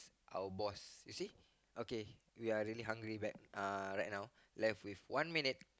our boss you see okay we are really hungry right uh right now left with one minute